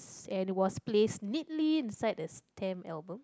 and was place neatly inside the stamp album